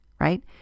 right